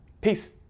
Peace